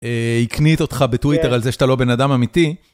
היא קנית אותך בטוויטר על זה שאתה לא בן אדם אמיתי.